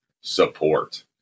SUPPORT